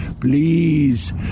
please